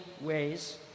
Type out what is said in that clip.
ways